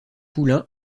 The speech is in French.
poulain